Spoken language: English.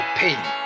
pain